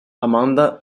amanda